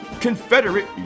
Confederate